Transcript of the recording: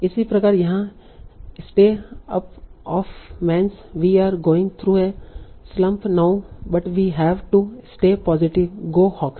इसी प्रकार यहाँ "stay up hawk fans we are going through a slump now but we have to stay positive go hawks